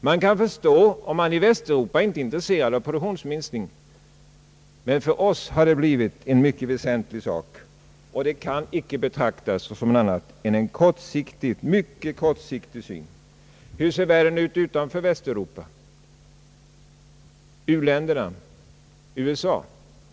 Vi kan förstå om man i Västeuropa inte är intresserad av en produktionsminskning, men för oss har det blivit en mycket väsentlig sak, och det kan inte betraktas annat än som en mycket kortsiktig lösning. Hur ser då världen ut utanför Västeuropa: u-länderna, USA?